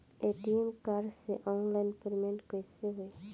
ATM card से online payment कैसे होई?